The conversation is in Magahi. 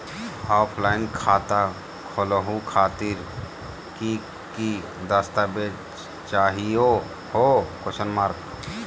ऑफलाइन खाता खोलहु खातिर की की दस्तावेज चाहीयो हो?